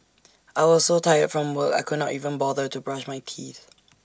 I was so tired from work I could not even bother to brush my teeth